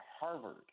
Harvard